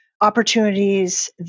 opportunities